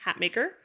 Hatmaker